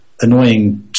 annoying